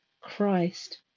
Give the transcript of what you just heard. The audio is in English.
christ